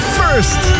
first